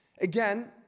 Again